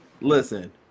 Listen